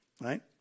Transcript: right